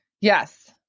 Yes